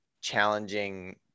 challenging